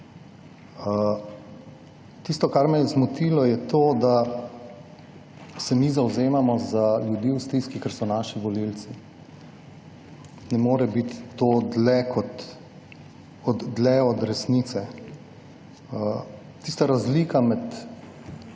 Tisto kar me je zmotilo je to, da se mi zavzemamo za ljudi v stiski, ker so naši volivci. Ne more biti to dlje od resnice. Tista razlika med